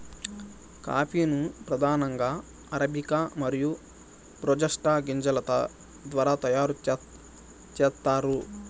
coffee ను ప్రధానంగా arabica మరియు రోబస్టా గింజల ద్వారా తయారు చేత్తారు